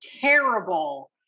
terrible